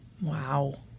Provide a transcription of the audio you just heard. Wow